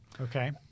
Okay